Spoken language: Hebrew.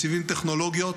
מציבים טכנולוגיות,